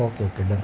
okay okay done